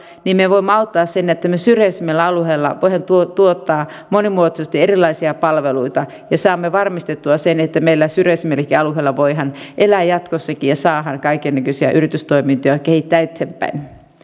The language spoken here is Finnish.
me voimme auttaa sitä että me syrjäisemmillä alueilla voimme tuottaa monimuotoisesti erilaisia palveluita ja saamme varmistettua sen että meillä syrjäisemmilläkin alueilla voidaan elää jatkossa ja saadaan kaikennäköisiä yritystoimintoja kehittää eteenpäin